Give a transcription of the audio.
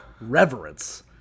reverence